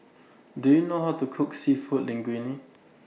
Do YOU know How to Cook Seafood Linguine